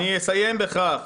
אסיים בכך